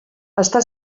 està